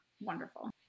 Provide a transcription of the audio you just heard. wonderful